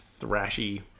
thrashy